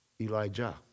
Elijah